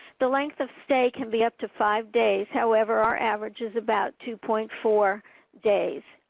the length of stay can be up to five days, however, our averages about two point four days.